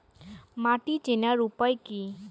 মাটি চেনার উপায় কি?